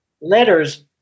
letters